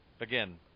again